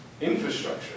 infrastructure